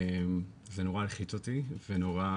זה נורא